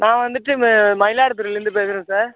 நான் வந்துட்டு மயிலாடுதுறையிலருந்து பேசுகிறேன் சார்